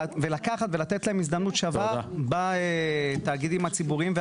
לקחת אותם ולתת להם הזדמנות שווה בתאגידים הציבוריים.